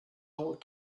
old